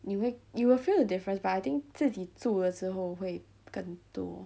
你会 you will feel the difference but I think 自己住的时候会更多